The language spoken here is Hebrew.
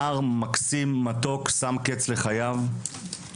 נער מתוק ומקסים שם קץ לחייו בעקבות